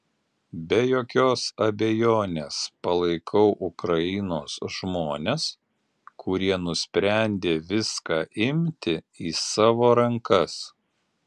be jokios abejonės palaikau ukrainos žmones kurie nusprendė viską imti į savo rankas